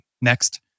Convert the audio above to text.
Next